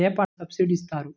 ఏ పంటకు సబ్సిడీ ఇస్తారు?